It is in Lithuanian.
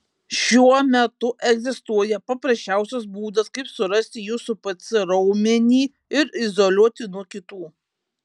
šiuo metu egzistuoja paprasčiausias būdas kaip surasti jūsų pc raumenį ir izoliuoti nuo kitų